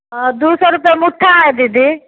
दू सए रुपैए मुठ्ठा है दीदी